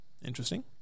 Interesting